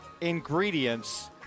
ingredients